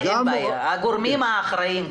הגורמים האחראים.